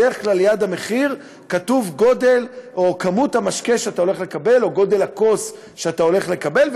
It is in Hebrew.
בדרך כלל ליד המחיר כתובים כמות המשקה או גודל הכוס שאתה הולך לקבל,